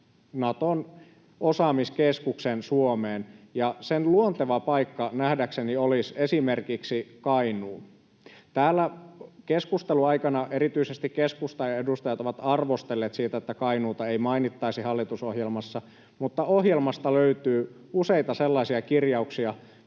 Naton osaamiskeskuksen Suomeen, ja sen luonteva paikka nähdäkseni olisi esimerkiksi Kainuu. Täällä keskustelun aikana erityisesti keskustan edustajat ovat arvostelleet sitä, että Kainuuta ei mainittaisi hallitusohjelmassa, mutta ohjelmasta löytyy useita sellaisia kirjauksia,